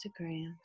instagram